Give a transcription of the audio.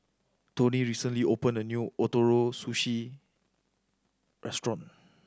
Toney recently opened a new Ootoro Sushi Restaurant